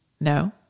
No